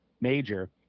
major